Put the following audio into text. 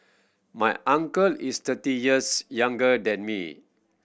my uncle is thirty years younger than me